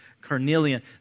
carnelian